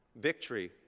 victory